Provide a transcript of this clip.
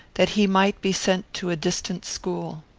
that he might be sent to a distant school.